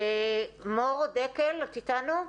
מור דקל, את איתנו?